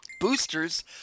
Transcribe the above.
boosters